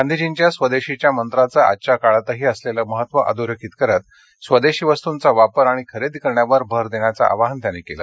गांधीजींच्या स्वदेशीच्या मंत्राचं आजच्या काळातही असलेलं महत्व अधोरेखित करत स्वदेशी वस्तूंचा वापर आणि खरेदी करण्यावर भर देण्याचं आवाहन त्यांनी केलं